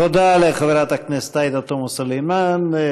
תודה לחברת הכנסת עאידה תומא סלימאן.